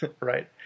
right